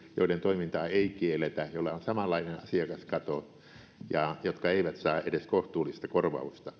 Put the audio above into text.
joiden toimintaa ei kielletä joilla on samanlainen asiakaskato ja jotka eivät saa edes kohtuullista korvausta